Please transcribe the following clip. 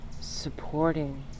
supporting